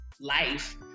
life